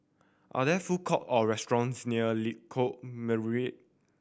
are there food court or restaurants near Lengkok Merak